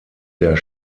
der